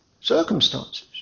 circumstances